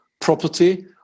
property